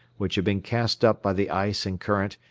which had been cast up by the ice and current,